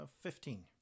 Fifteen